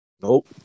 Nope